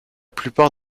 plupart